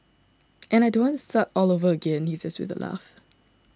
and I don't want to start all over again he says with a laugh